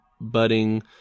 budding